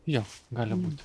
jo gali būti